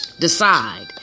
Decide